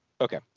okay